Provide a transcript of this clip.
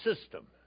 system